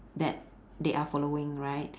that they are following right